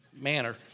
manner